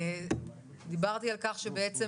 רק --- דיברתי על כך שבעצם